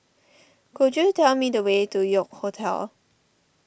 could you tell me the way to York Hotel